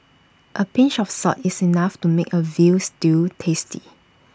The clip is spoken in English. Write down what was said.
A pinch of salt is enough to make A Veal Stew tasty